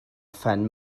phen